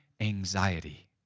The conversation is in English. anxiety